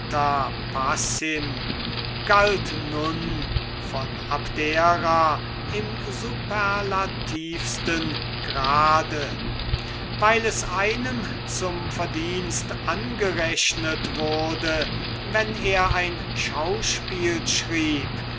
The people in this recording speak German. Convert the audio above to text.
galt nun von abdera im superlativsten grade weil es einem zum verdienst angerechnet wurde wenn er ein schauspiel schrieb